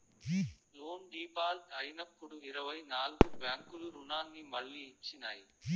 loan default అయినప్పుడు ఇరవై నాల్గు బ్యాంకులు రుణాన్ని మళ్లీ ఇచ్చినాయి